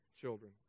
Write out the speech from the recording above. children